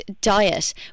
diet